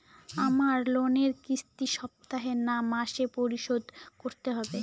আমার লোনের কিস্তি সপ্তাহে না মাসে পরিশোধ করতে হবে?